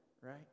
right